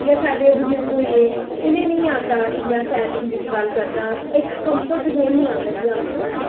जियां साढ़े बजूर्ग होई गे उनें गी नेईं औंदा इन्ना शैल हिंदी च गल्ल करना इक कम्फर्टजोन नेईं औंदा जि'यां आखने ना अस